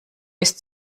ist